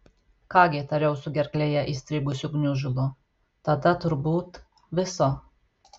ką gi tariau su gerklėje įstrigusiu gniužulu tada turbūt viso